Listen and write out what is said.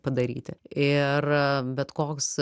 padaryti ir bet koks